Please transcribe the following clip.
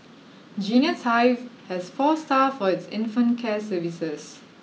genius hive has four staff for its infant care services